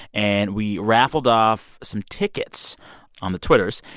and we raffled off some tickets on the twitters.